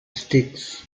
sticks